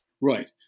Right